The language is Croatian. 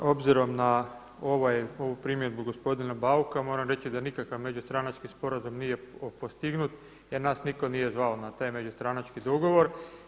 Obzirom na ovu primjedbu gospodina Bauka moram reći da nikakav međustranački sporazum nije postignut, jer nas nitko nije zvao na taj međustranački dogovor.